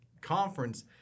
conference